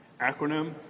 acronym